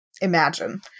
imagine